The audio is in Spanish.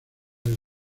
del